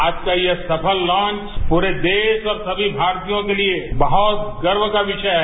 आज का यह सफल लॉन्च प्ररे देश और सभी भारतीयों के लिए बहुत गर्व का विषय है